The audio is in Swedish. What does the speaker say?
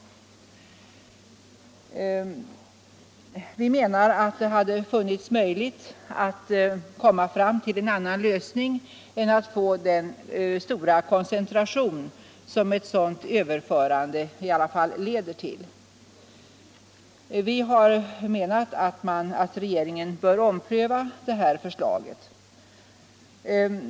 Vi menar att det hade funnits möjlighet att komma fram till en annan lösning och undvika den stora koncentration som ett sådant överförande leder till. Vi anser att regeringen bör ompröva detta förslag.